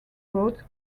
roads